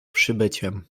przybyciem